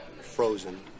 frozen